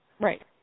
Right